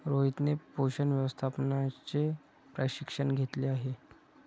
रोहितने पोषण व्यवस्थापनाचे प्रशिक्षण घेतले आहे